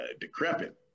decrepit